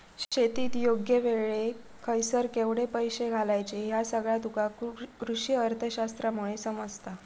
शेतीत योग्य वेळेक खयसर केवढे पैशे घालायचे ह्या सगळा तुका कृषीअर्थशास्त्रामुळे समजता